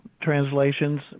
translations